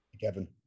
Kevin